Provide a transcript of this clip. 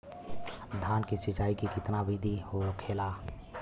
धान की सिंचाई की कितना बिदी होखेला?